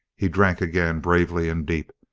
he drank again, bravely and deep,